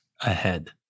ahead